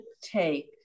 take